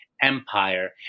Empire